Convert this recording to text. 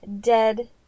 Dead